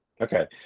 Okay